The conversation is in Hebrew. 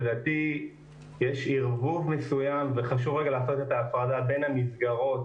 לדעתי יש ערבוב מסוים וחשוב לרגע לעשות את ההפרדה בין המסגרות